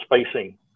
spacing